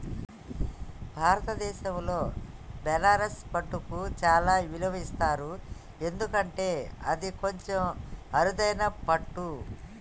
భారతదేశంలో బనారస్ పట్టుకు చాలా విలువ ఇస్తారు ఎందుకంటే అది కొంచెం అరుదైన పట్టు